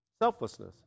Selflessness